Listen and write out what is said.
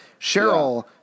Cheryl